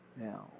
Now